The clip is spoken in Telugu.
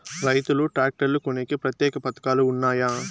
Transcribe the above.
రైతులు ట్రాక్టర్లు కొనేకి ప్రత్యేక పథకాలు ఉన్నాయా?